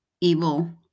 evil